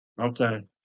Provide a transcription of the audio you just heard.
Okay